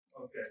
Okay